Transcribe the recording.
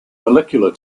molecular